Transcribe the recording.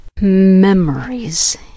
Memories